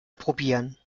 probieren